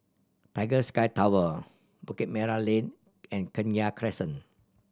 Tiger Sky Tower Bukit Merah Lane and Kenya Crescent